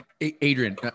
Adrian